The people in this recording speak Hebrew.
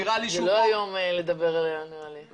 נראה לי שהוא --- זה לא יום לדבר עליה, נראה לי.